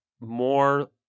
more